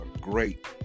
great